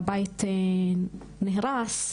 שהבית נהרס,